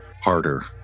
harder